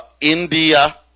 India